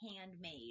handmade